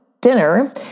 dinner